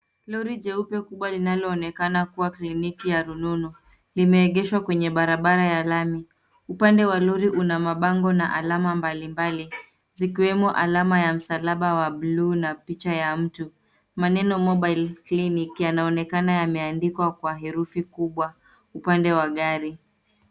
Lori jeupe kubwa linaloonekana kuwa kliniki ya rununu, limeegeshwa kwenye barabara ya lami. Upande wa lori una mabango na alama mbalimbali, zikiwemo alama ya msalaba wa bluu na picha ya mtu. Maneno mobile clinic yanaonekana yameandikwa kwa herufi kubwa, upande wa gari.